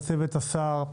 לצוות השר,